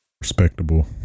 respectable